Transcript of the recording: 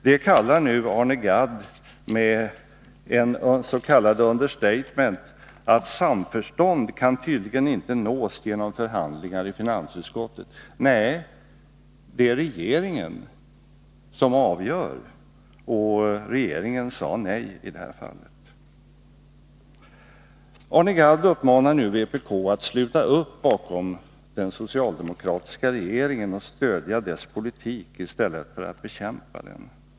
Detta kallar nu Arne Gadd med ett s.k. understatement att samförstånd tydligen inte kan nås genom förhandlingar i finansutskottet. Nej, det är regeringen som avgör, och regeringen sade nej i det här fallet. Arne Gadd uppmanar vpk att sluta upp bakom den socialdemokratiska regeringen och stödja dess politik i stället för att bekämpa den.